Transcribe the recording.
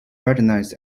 recognized